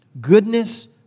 Goodness